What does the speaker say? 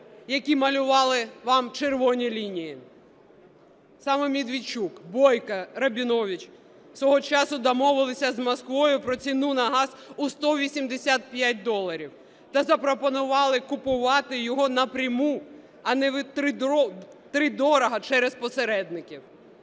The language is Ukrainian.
які малювали вам червоні лінії. Саме Медведчук, Бойко, Рабінович свого часу домовились з Москвою про ціну на газ у 185 доларів та запропонували купувати його напряму, а не втридорога через посередників.